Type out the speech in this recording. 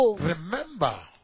remember